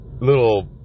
little